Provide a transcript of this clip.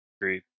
Great